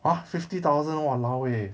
!huh! fifty thousand !walao! eh